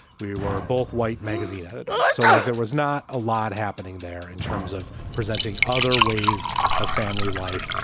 we were both white magazine editor. so like there was not a lot happening there in terms of presenting other ways of family life,